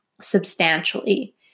substantially